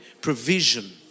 Provision